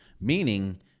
Meaning